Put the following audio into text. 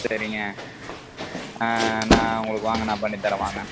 சரிங்க நான் உங்களுக்கு வாங்க நான் பண்ணித்தரேன் வாங்க